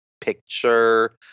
picture